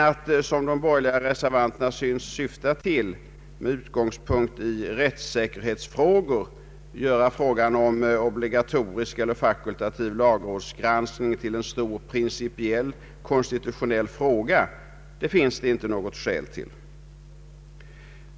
Att, som de borgerliga reservanterna syftar till, med utgångspunkt från rättssäkerhetsaspekten göra frågan om en obligatorisk eller fakultativ lagrådsgranskning till en stor principiell, konstitutionell fråga finns det inte något skäl till.